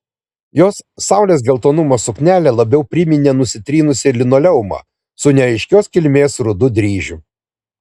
jos saulės geltonumo suknelė labiau priminė nusitrynusį linoleumą su neaiškios kilmės rudu dryžiu